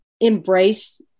Embrace